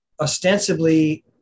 Ostensibly